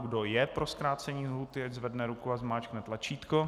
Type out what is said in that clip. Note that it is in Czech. Kdo je pro zkrácení lhůty, ať zvedne ruku a zmáčkne tlačítko.